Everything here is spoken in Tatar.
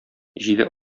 җиде